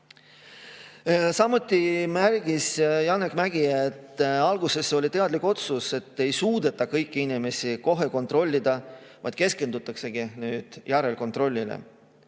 Samuti märkis Janek Mägi, et alguses tehti teadlik otsus, et ei suudeta kõiki inimesi kohe kontrollida, vaid keskendutaksegi nüüd järelkontrollile.